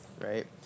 right